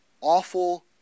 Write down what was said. awful